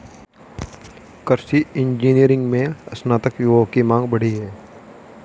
कृषि इंजीनियरिंग में स्नातक युवाओं की मांग बढ़ी है